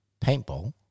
Paintball